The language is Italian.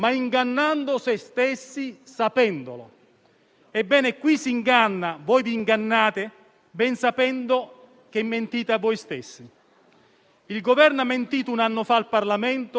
Il Governo ha mentito un anno fa al Parlamento, quando affermò che nulla era ancora deciso e che vi erano margini per trattare. Così non era e così non è stato,